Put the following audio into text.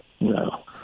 No